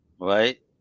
right